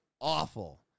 awful